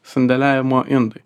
sandėliavimo indai